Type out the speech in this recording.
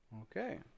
Okay